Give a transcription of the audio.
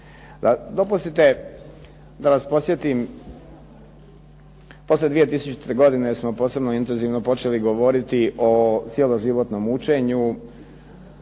Dopustite da vas podsjetim, poslije 2000. godine smo posebno intenzivno počeli govoriti o cjeloživotnom učenju